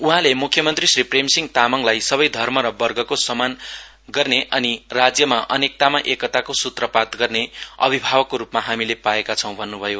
उहाँले मुख्यमन्त्री श्री प्रेमसिंह तामाङलाई सबै धर्म र वर्गको सम्मान गर्ने अनि राज्यमा अनेकतामा एकताको सूत्रपात गर्ने अभिभावकको रूपमा हामीले पाएका छौँ भन्नुभयो